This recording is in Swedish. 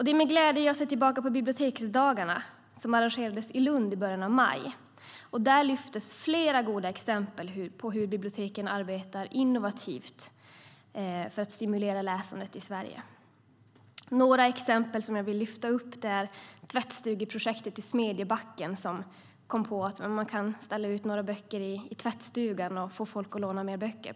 Det är med glädje jag ser tillbaka på biblioteksdagarna som arrangerades i Lund i början av maj. Där lyftes flera goda exempel fram på hur biblioteken arbetar innovativt för att stimulera läsandet i Sverige. Jag vill lyfta fram några exempel. Ett är Tvättstugeprojektet i Smedjebacken. Någon kom på att man kunde ställa ut några böcker i tvättstugan för att få folk att låna fler böcker.